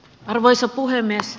arvoisa puhemies